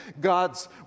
God's